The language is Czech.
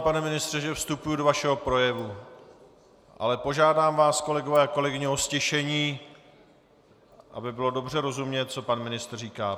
Já se omlouvám, pane ministře, že vstupuji do vašeho projevu, ale požádám vás, kolegyně a kolegové, o ztišení, aby bylo dobře rozumět, co pan ministr říká.